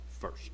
first